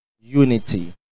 unity